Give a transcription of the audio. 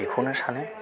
बेखौनो सानो